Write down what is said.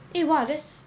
eh !wah! that's